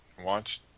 Watch